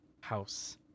house